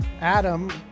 Adam